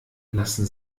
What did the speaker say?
lassen